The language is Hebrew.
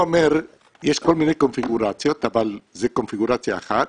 יש כל מיני קונפיגורציות, אבל זו קונפיגורציה אחת,